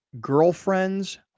girlfriend's